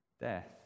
death